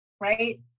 Right